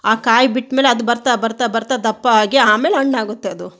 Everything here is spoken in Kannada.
ಆ ಕಾಯಿ ಬಿಟ್ಟಮೇಲೆ ಅದು ಬರ್ತಾ ಬರ್ತಾ ಬರ್ತಾ ದಪ್ಪ ಆಗಿ ಆಮೇಲೆ ಹಣ್ ಆಗುತ್ತೆ ಅದು